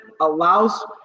allows